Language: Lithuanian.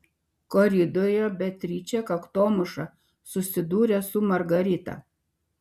koridoriuje beatričė kaktomuša susidūrė su margarita